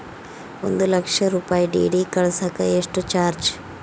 ಒಂದು ಲಕ್ಷ ರೂಪಾಯಿ ಡಿ.ಡಿ ಕಳಸಾಕ ಎಷ್ಟು ಚಾರ್ಜ್?